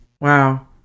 Wow